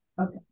Okay